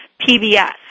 PBS